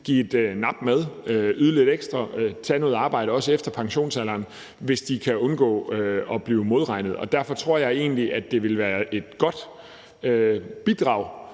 give et nap med, yde lidt ekstra og tage noget arbejde også efter pensionsalderen, hvis de kan undgå at blive modregnet. Derfor tror jeg egentlig, at det vil være et godt bidrag